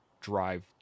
drive